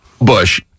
Bush